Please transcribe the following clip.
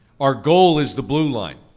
our goal is the blue line.